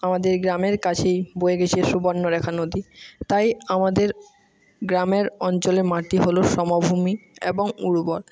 আমাদের গ্রামের কাছেই বয়ে গেছে সুবর্ণরেখা নদী তাই আমাদের গ্রামের অঞ্চলের মাটি হল সমভূমি এবং উর্বর